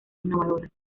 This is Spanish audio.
innovadoras